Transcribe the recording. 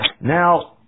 Now